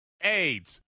AIDS